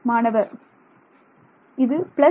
மாணவர் இது பிளஸ்